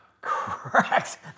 Correct